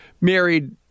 married